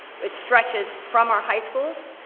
which stretches from our high schools,